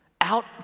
out